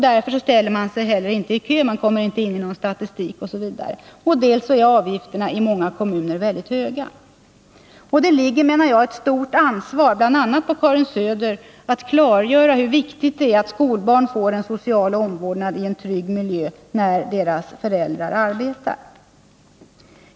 Därför ställer man sig inte i kö, och man kommer inte in i någon statistik. Avgifterna i många kommuner är också väldigt höga. Det ligger, menar jag, ett stort ansvar bl.a. på Karin Söder när det gäller att klargöra hur viktigt det är hur skolbarn får social omvårdnad i en trygg miljö när deras föräldrar arbetar.